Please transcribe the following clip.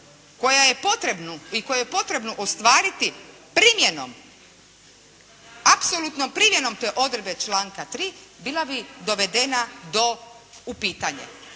koju je potrebno ostvariti primjenom, apsolutnom primjenom te odredbe članka 3. bila bi dovedena do u pitanje.